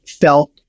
felt